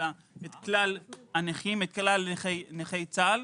אלא את כלל נכי צה"ל,